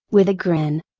with a grin.